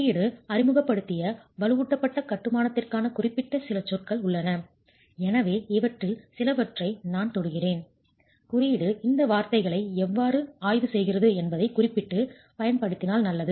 குறியீடு அறிமுகப்படுத்திய வலுவூட்டப்பட்ட கட்டுமானத்திற்கான குறிப்பிட்ட சில சொற்கள் உள்ளன எனவே இவற்றில் சிலவற்றை நான் தொடுகிறேன் குறியீடு இந்த வார்த்தைகளை எவ்வாறு ஆய்வு செய்கிறது என்பதை குறிப்பிட்டு பயன்படுத்தினால் நல்லது